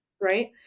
right